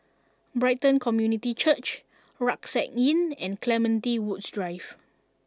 Brighton Community Church Rucksack Inn and Clementi Woods Drive